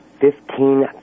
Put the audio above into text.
fifteen